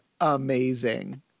amazing